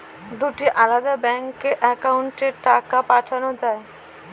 দুটি আলাদা ব্যাংকে অ্যাকাউন্টের টাকা পাঠানো য়ায়?